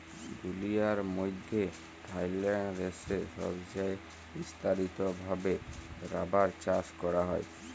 দুলিয়ার মইধ্যে থাইল্যান্ড দ্যাশে ছবচাঁয়ে বিস্তারিত ভাবে রাবার চাষ ক্যরা হ্যয়